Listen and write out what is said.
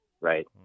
right